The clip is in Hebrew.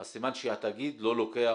אז סימן שהתאגיד לא לוקח,